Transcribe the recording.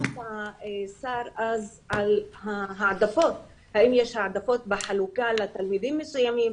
שאלנו את השר האם יש העדפות בחלוקה לתלמידים מסוימים,